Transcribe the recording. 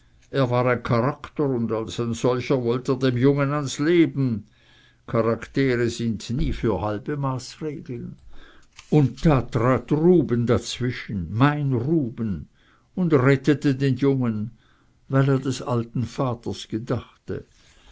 er war ein charakter und als solcher wollt er dem jungen ans leben charaktere sind nie für halbe maßregeln aber da trat ruben dazwischen mein ruben und rettete den jungen weil er des alten vaters gedachte